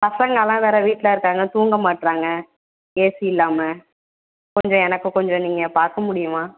பசங்கள்லாம் வேறு வீட்டில் இருக்காங்க தூங்கமாட்றாங்க ஏசி இல்லாமல் கொஞ்சம் எனக்கு கொஞ்சம் நீங்கள் பார்க்கமுடியுமா